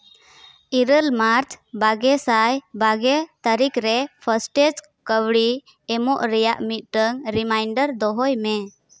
ᱤᱨᱟᱹᱞ ᱢᱟᱨᱪ ᱵᱟᱜᱮ ᱥᱟᱭ ᱵᱟᱜᱮ ᱛᱟᱹᱨᱤᱠᱷ ᱨᱮ ᱯᱷᱟᱥᱴᱮᱡᱽ ᱠᱟᱹᱣᱰᱤ ᱮᱢᱚᱜ ᱨᱮᱭᱟᱜ ᱢᱤᱫᱴᱟᱹᱝ ᱨᱤᱢᱟᱭᱱᱰᱟᱨ ᱫᱚᱦᱚᱭ ᱢᱮ